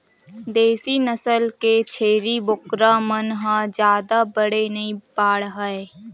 देसी नसल के छेरी बोकरा मन ह जादा बड़े नइ बाड़हय